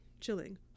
chilling